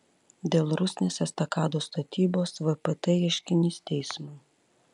dėl rusnės estakados statybos vpt ieškinys teismui